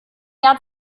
jahr